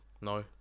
No